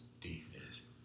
defense